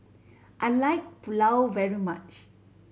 I like Pulao very much